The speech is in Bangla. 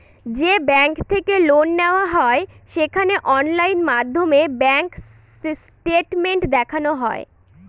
যে ব্যাঙ্ক থেকে লোন নেওয়া হয় সেখানে অনলাইন মাধ্যমে ব্যাঙ্ক স্টেটমেন্ট দেখানো হয়